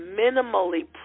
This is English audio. minimally